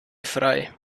frei